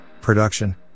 production